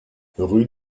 rue